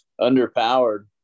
underpowered